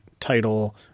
Title